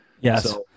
Yes